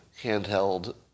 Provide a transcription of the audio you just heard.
handheld